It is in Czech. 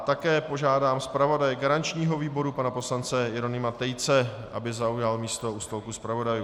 Také požádám zpravodaje garančního výboru pana poslance Jeronýma Tejce, aby zaujal místo u stolku zpravodajů.